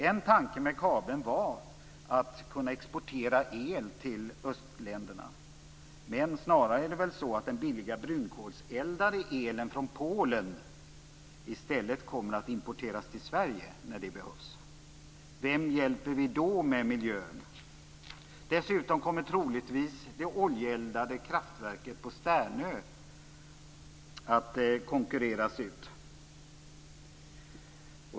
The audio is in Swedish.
En tanke med kabeln var att kunna exportera el till östländerna, men snarare är det väl så att den billiga brunkolseldade elen från Polen i stället kommer att importeras till Sverige, när det behövs. Vem hjälper vi då med miljön? Dessutom kommer troligtvis det oljeeldade kraftverket på Sternö att konkurreras ut.